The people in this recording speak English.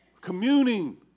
Communing